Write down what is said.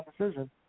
decision